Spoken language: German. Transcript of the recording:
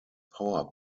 power